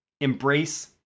Embrace